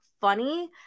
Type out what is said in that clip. funny